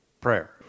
prayer